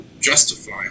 justify